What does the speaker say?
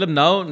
now